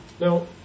Now